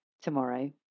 tomorrow